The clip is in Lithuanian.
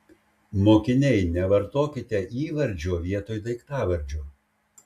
mokiniai nevartokite įvardžio vietoj daiktavardžio